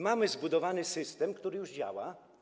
Mamy zbudowany system, który już działa.